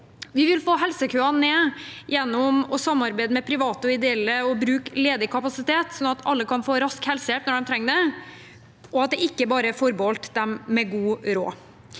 Vi vil få helsekøene ned gjennom å samarbeide med private og ideelle og bruke ledig kapasitet, sånn at alle kan få rask helsehjelp når de trenger det og at det ikke bare er forbeholdt dem med god råd.